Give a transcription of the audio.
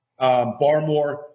Barmore